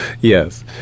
Yes